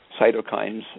cytokines